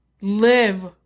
Live